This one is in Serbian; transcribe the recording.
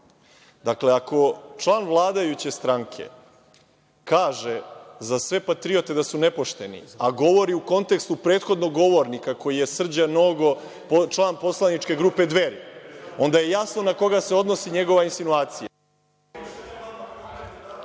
dakle, ako član vladajuće stranke kaže, za sve patriote da su nepošteni, a govori u kontekstu prethodnog govornika koji je Srđan Nogo, član poslaničke grupe Dveri, onda je jasno na koga se odnosi njegova insinuacija.